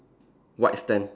white stand